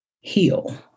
heal